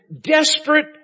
desperate